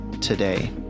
today